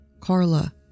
Carla